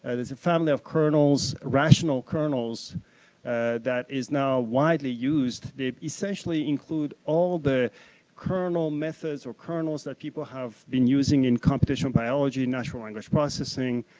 ah there's a family of kernels, irrational kernels that is now widely used, they essentially include all the kernel methods or kernels that people have been using in competition biology, national english processing,